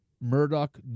Murdoch